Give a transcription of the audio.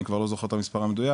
אני כבר לא זוכר את המספר המדויק.